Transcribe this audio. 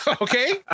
Okay